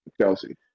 Kelsey